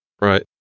Right